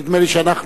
נדמה לי שאנחנו,